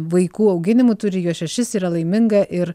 vaikų auginimu turi juos šešis yra laiminga ir